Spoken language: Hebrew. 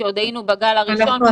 כשעוד היינו בגל הראשון.